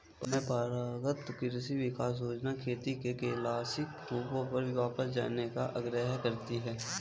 परम्परागत कृषि विकास योजना खेती के क्लासिक रूपों पर वापस जाने का आग्रह करती है